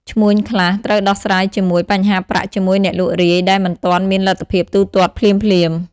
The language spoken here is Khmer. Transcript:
ឈ្មួញខ្លះត្រូវដោះស្រាយជាមួយ បញ្ហាប្រាក់ជាមួយអ្នកលក់រាយដែលមិនទាន់មានលទ្ធភាពទូទាត់ភ្លាមៗ។